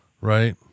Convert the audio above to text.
right